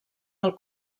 del